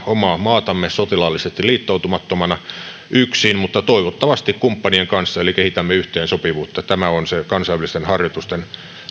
omaa maatamme sotilaallisesti liittoutumattomana yksin mutta toivottavasti kumppanien kanssa eli kehitämme yhteensopivuutta tämä on se kansainvälisten harjoitusten